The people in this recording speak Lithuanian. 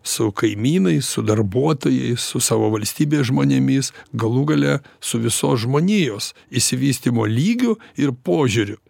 su kaimynais su darbuotojais su savo valstybės žmonėmis galų gale su visos žmonijos išsivystymo lygiu ir požiūriu